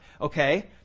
Okay